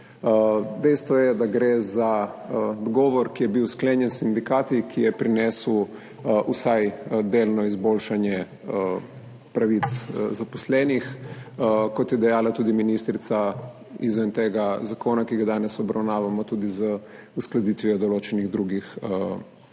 Dejstvo je, da gre za dogovor, ki je bil sklenjen s sindikati, ki je prinesel vsaj delno izboljšanje pravic zaposlenih, kot je dejala tudi ministrica, izven tega zakona, ki ga danes obravnavamo, tudi z uskladitvijo določenih drugih